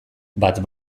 bat